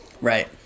Right